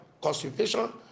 constipation